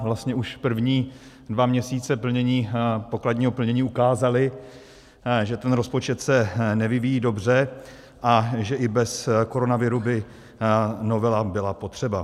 Vlastně už první dva měsíce pokladního plnění ukázaly, že se rozpočet nevyvíjí dobře a že i bez koronaviru by novela byla potřeba.